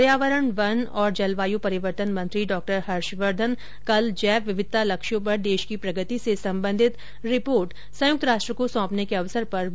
पर्यावरण वन एवं जलवायू परिवर्तन मंत्री डॉ हर्षवर्द्वन कल जैव विविधता लक्ष्यों पर देश की प्रगति से सम्बन्धित रिपोर्ट संयुक्त राष्ट्र को सौंपने के अवसर पर बोल रहे थे